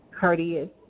courteous